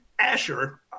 Asher